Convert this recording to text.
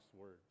words